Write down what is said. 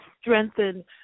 strengthen